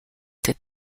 that